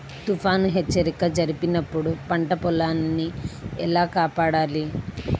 తుఫాను హెచ్చరిక జరిపినప్పుడు పంట పొలాన్ని ఎలా కాపాడాలి?